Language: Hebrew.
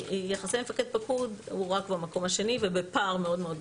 יחסי מפקד-פקוד הוא רק במקום השני ובפער מאוד מאוד גדול.